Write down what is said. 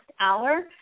hour